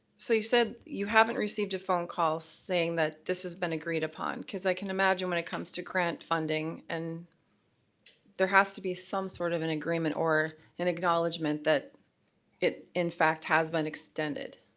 so you said you haven't received a phone call saying that this has been agreed upon. cause i can imagine when it comes to grant funding, and there there has to be some sort of an agreement or an acknowledgement that it in fact, has been extended.